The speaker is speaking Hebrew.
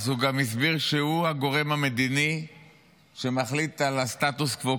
אז הוא גם הסביר שהוא הגורם המדיני שמחליט על הסטטוס קוו,